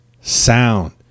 sound